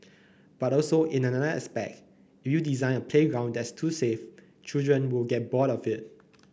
but also in another aspect if you design a playground that's too safe children will get bored of it